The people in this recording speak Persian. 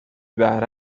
بهره